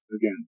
again